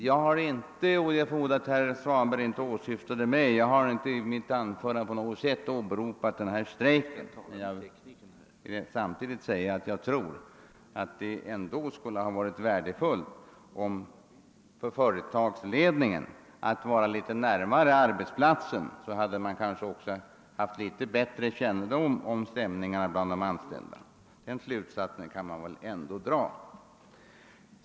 Jag har inte — och jag förmodar att herr Svanberg inte åsyftade mig då han nämnde detta — i mitt anförande åbe ropat strejken. Men jag vill säga att jag tror att det skulle ha varit värdefullt för företagsledningen att vara närmare arbetsplatsen. Då hade man förmodligen haft bättre kännedom om stämningen bland de anställda. Den slutsatsen kan man väl ändå dra.